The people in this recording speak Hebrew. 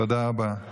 תודה רבה.